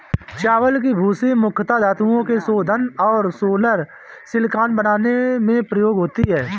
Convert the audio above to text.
चावल की भूसी मुख्यता धातुओं के शोधन और सोलर सिलिकॉन बनाने में प्रयोग होती है